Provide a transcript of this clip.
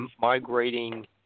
migrating